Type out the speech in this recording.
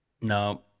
No